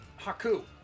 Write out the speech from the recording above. Haku